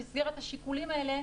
במסגרת השיקולים האלה,